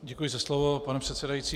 Děkuji za slovo, pane předsedající.